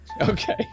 Okay